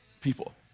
People